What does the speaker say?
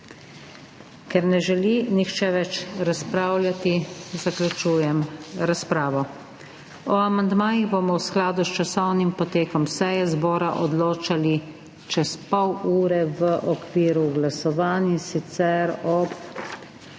Ker ne želi nihče več razpravljati, zaključujem razpravo. O amandmajih bomo v skladu s časovnim potekom seje zbora odločali čez pol ure v okviru glasovanj, in sicer ob